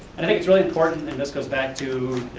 and i think it's really important and this goes back to,